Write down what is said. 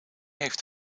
heeft